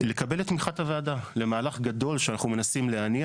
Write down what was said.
לקבל את תמיכת הוועדה למהלך גדול שאנחנו מנסים להניע